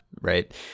Right